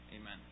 Amen